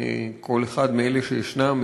כל אחד מאלה שישנם,